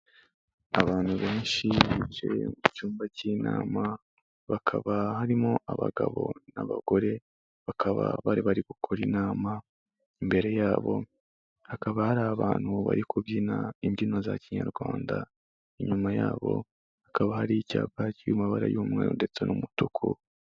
Abantu benshi bicaye mu cyumba cy'inama hakaba harimo abagabo n'abagore bakaba bari gukora inama, imbere yabo hakaba hari abantu bari kubyina imbyino za kinyarwanda, inyuma yabo hakaba hari icyapa kiri mu mabara y'umweru ndetse n'umutuku.